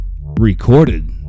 recorded